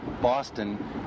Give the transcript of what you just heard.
Boston